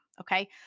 okay